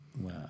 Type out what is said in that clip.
Wow